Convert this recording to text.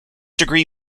degree